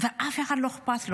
ואף אחד לא אכפת לו?